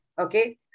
okay